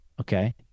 Okay